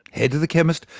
head to the chemist,